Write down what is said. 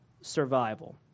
survival